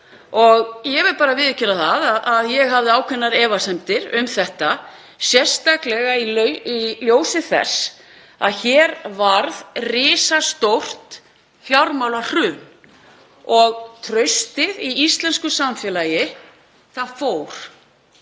Ég verð bara að viðurkenna það að ég hafði ákveðnar efasemdir um þetta, sérstaklega í ljósi þess að hér varð risastórt fjármálahrun og traustið í íslensku samfélagi fór.